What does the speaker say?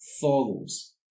follows